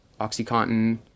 Oxycontin